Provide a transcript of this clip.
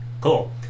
cool